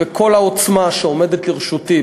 בכל העוצמה שעומדת לרשותי,